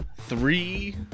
three